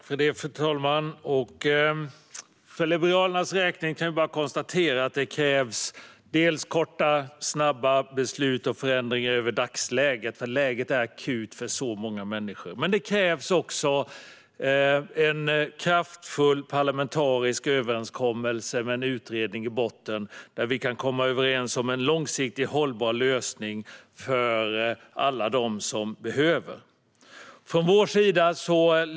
Fru talman! För Liberalernas räkning kan jag bara konstatera att det krävs korta, snabba beslut och förändringar i dagsläget, för läget är akut för så många människor. Men det krävs också en kraftfull parlamentarisk överenskommelse med en utredning i botten där vi kan komma överens om en långsiktigt hållbar lösning för alla dem som behöver det.